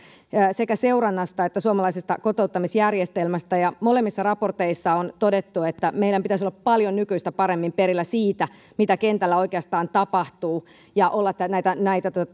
sekä seurannasta että suomalaisesta kotouttamisjärjestelmästä ja molemmissa raporteissa on todettu että meidän pitäisi olla paljon nykyistä paremmin perillä siitä mitä kentällä oikeastaan tapahtuu ja olla näitä näitä